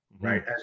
Right